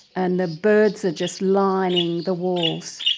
and the birds are just lining the walls.